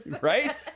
right